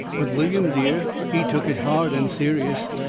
but william dear he took it hard and serious,